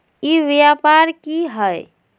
ई व्यापार की हाय?